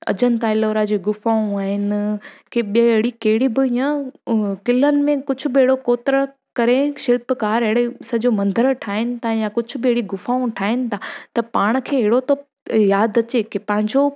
अजंता एलोरा जूं गुफ़ाऊं आहिनि की ॿिए अहिड़ी कहिड़ी बि ईअं क़िलनि में कुझु बि अहिड़ो कोतर करे शिल्पकार अहिड़े सॼो मंदरु ठाहिनि था या कुझु बि अहिड़ी गुफ़ाऊं ठाहिनि था त पाण खे अहिड़ो थो यादि अचे की पंहिंजो